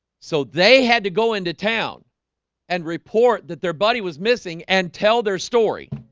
so they had to go into town and report that their buddy was missing and tell their story